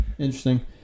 Interesting